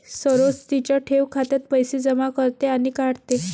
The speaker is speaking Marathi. सरोज तिच्या ठेव खात्यात पैसे जमा करते आणि काढते